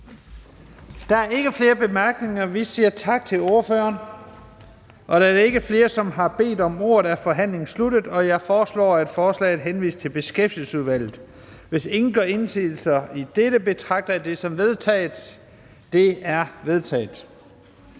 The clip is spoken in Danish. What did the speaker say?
Der er ikke flere korte bemærkninger. Vi siger tak til ordføreren. Da der ikke er flere, som har bedt om ordet, er forhandlingen sluttet. Jeg foreslår, at forslaget til folketingsbeslutning henvises til Beskæftigelsesudvalget. Hvis ingen gør indsigelse mod dette, betragter jeg det som vedtaget. Det er vedtaget.